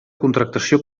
contractació